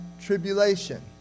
tribulation